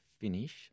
finish